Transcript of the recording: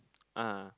ah